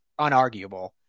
unarguable